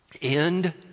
End